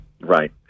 right